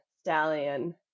stallion